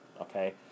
Okay